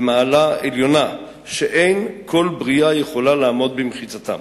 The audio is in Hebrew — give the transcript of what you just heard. במעלה עליונה שאין כל ברייה יכולה לעמוד במחיצתם.